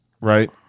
right